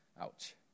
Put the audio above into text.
Ouch